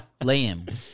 Liam